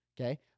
Okay